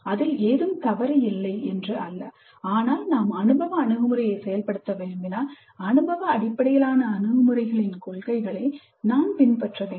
அதில் ஏதும் தவறு இல்லை என்று அல்ல ஆனால் நாம் அனுபவ அணுகுமுறையை செயல்படுத்த விரும்பினால் அனுபவ அடிப்படையிலான அணுகுமுறையின் கொள்கைகளை நாம் பின்பற்ற வேண்டும்